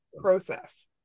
process